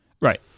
right